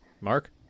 Mark